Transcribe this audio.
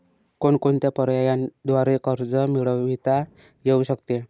कोणकोणत्या पर्यायांद्वारे कर्ज मिळविता येऊ शकते?